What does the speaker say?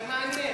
זה מעניין.